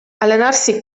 allenarsi